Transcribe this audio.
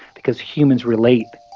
because humans relate,